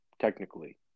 technically